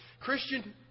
Christian